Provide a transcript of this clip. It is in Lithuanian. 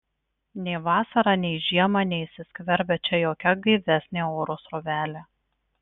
nei vasarą nei žiemą neįsiskverbia čia jokia gaivesnė oro srovelė